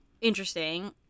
interesting